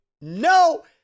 no